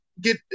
get